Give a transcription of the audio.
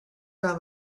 not